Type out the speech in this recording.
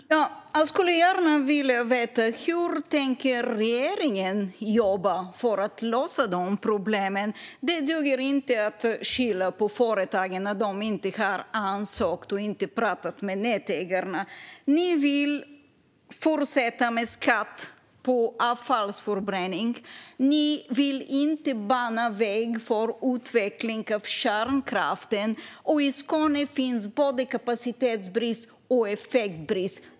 Fru talman! Jag skulle gärna vilja veta hur regeringen tänker jobba för att lösa de här problemen. Det duger inte att skylla på att företagen inte har ansökt och inte pratat med nätägarna. Ni vill fortsätta med skatt på avfallsförbränning. Ni vill inte bana väg för utveckling av kärnkraften. I Skåne råder både kapacitetsbrist och effektbrist.